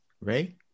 Ray